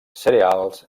cereals